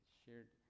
shared